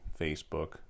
Facebook